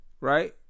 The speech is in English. Right